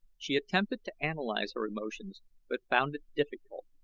she attempted to analyze her emotions but found it difficult.